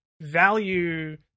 value